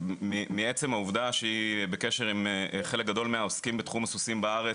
מעצם העובדה שהיא בקשר עם חלק גדול מהעוסקים בתחום הסוסים בארץ,